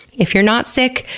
if you're not sick,